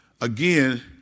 again